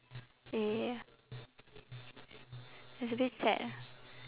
ya it's a bit sad ah